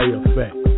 Effect